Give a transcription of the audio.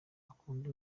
bakunda